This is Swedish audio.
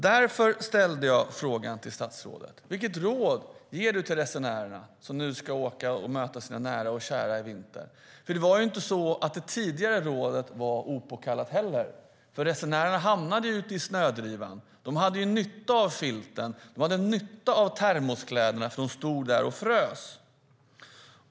Därför ställde jag denna fråga till statsrådet: Vilket råd ger du till de resenärer som nu ska åka och möta sina nära och kära i vinter? Det tidigare rådet var inte opåkallat, för resenärerna hamnade ute i snödrivan. De hade nytta av filten och termokläderna, för de stod där och frös.